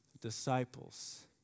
disciples